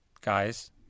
guys